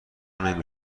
نمی